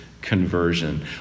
conversion